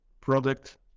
product